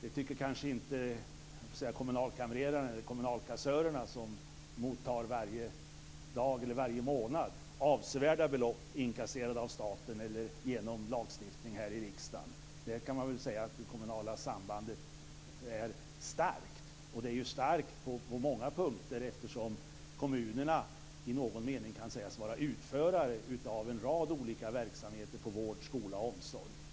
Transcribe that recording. Det tycker kanske inte kommunalkamrerarna eller kommunalkassörerna som varje månad tar emot avsevärda belopp som är inkasserade av staten eller genom lagstiftning här i riksdagen. Där kan man väl säga att det kommunala sambandet är starkt. Det är ju starkt på många punkter eftersom kommunerna i någon mening kan sägas vara utförare av en rad olika verksamheter inom vård, skola och omsorg.